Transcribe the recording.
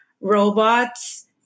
robots